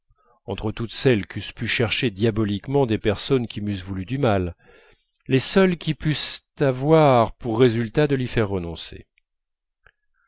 entre toutes celles qu'eussent pu chercher diaboliquement des personnes qui m'eussent voulu du mal les seules qui pussent avoir pour résultat de l'y faire renoncer